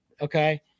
Okay